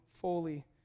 fully